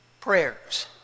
prayers